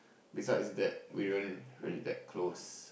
besides that we weren't really that close